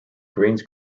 greens